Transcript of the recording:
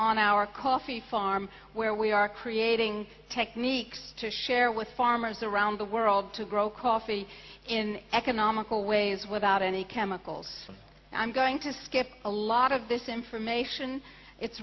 on our coffee farm where we are creating techniques to share with farmers around the world to grow coffee in economical ways without any chemicals i'm going to skip a lot of this information it's